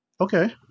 Okay